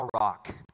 rock